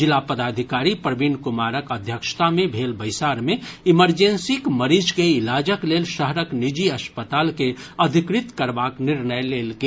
जिला पदाधिकारी प्रवीण कुमारक अध्यक्षता मे भेल बैसार मे इमरजेंसीक मरीज के इलाजक लेल शहरक निजी अस्पताल के अधिकृत करबाक निर्णय लेल गेल